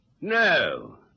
No